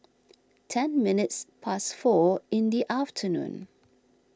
ten minutes past four in the afternoon